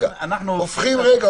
אבל אנחנו הופכים --- רגע,